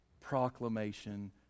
proclamation